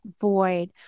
void